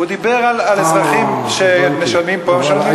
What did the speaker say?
הוא דיבר על אזרחים שמשלמים להם פה ומשלמים להם שם.